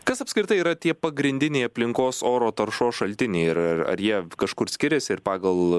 kas apskritai yra tie pagrindiniai aplinkos oro taršos šaltiniai ir ar ar jie kažkur skiriasi ir pagal